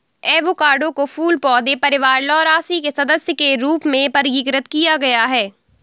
avocado को फूल पौधे परिवार लौरासी के सदस्य के रूप में वर्गीकृत किया गया है